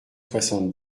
soixante